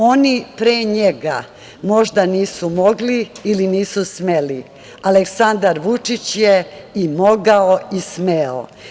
Oni pre njega možda nisu mogli ili nisu smeli, Aleksandar Vučić je i mogao i smeo.